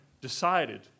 decided